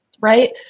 Right